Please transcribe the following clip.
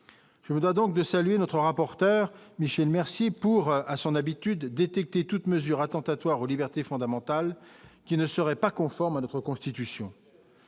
je voudrais donc de saluer notre rapporteur Michel merci pour, à son habitude, détecter toute mesure attentatoire aux libertés fondamentales qui ne seraient pas conformes à notre constitution